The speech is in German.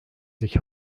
sich